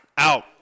Out